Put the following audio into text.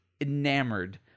enamored